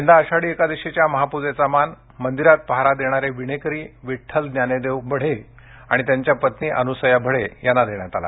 यंदा आषाढी एकादशीच्या महाप्जेचा मान मंदिरात पहारा देणारे विणेकरी विठ्ठल ज्ञानदेव बढे आणि त्यांच्या पत्नी अनुसया बडे यांना देण्यात आला